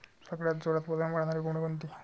सगळ्यात जोरात वजन वाढणारी कोंबडी कोनची?